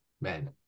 men